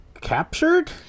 captured